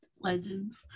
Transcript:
legends